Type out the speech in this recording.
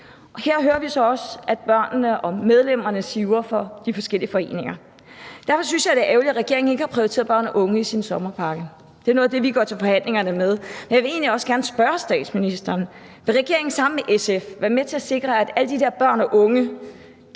Her hører vi så også, at børnene og medlemmerne siver fra de forskellige foreninger. Derfor synes jeg, det er ærgerligt, at regeringen ikke har prioriteret børn og unge i sin sommerpakke. Det er noget af det, vi går til forhandlingerne med, og jeg vil egentlig også gerne spørge statsministeren, om regeringen sammen med SF vil være med til at sikre, at alle de der børn og unge